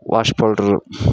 wash powder